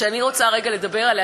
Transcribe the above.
שאני רוצה רגע לדבר עליה,